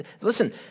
Listen